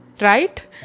Right